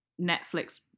Netflix